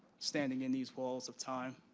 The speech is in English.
standing in these walls of time.